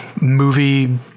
movie